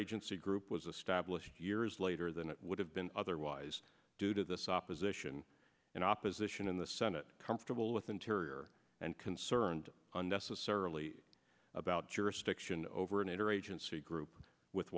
interagency the group was established years later than it would have been otherwise due to this opposition and opposition in the senate comfortable with interior and concerned unnecessarily about jurisdiction over an interagency group with